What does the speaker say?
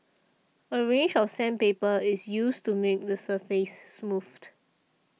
a range of sandpaper is used to make the surface smooth